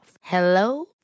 Hello